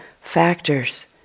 factors